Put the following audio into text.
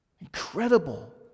Incredible